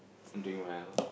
doing well